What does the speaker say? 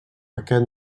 aquest